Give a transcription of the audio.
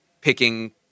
picking